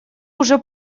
уже